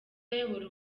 ayobora